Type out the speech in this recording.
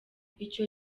icyo